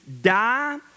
die